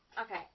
Okay